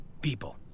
people